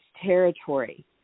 territory